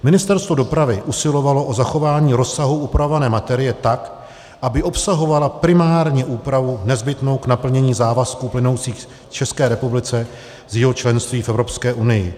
Ministerstvo dopravy usilovalo o zachování rozsahu upravované materie tak, aby obsahovala primárně úpravu nezbytnou k naplnění závazků plynoucích České republice z jejího členství v Evropské unii.